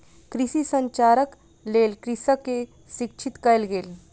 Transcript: कृषि संचारक लेल कृषक के शिक्षित कयल गेल